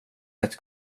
ett